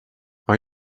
are